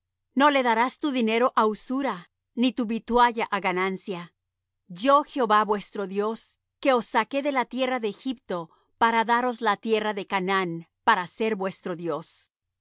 no le darás tu dinero á usura ni tu vitualla á ganancia yo jehová vuestro dios que os saqué de la tierra de egipto para daros la tierra de canaán para ser vuestro dios